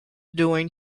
during